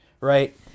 right